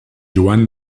joan